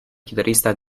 chitarrista